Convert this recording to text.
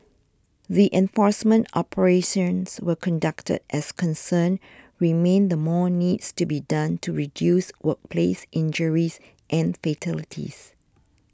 the enforcement operations were conducted as concerns remain the more needs to be done to reduce workplace injuries and fatalities